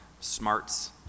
smarts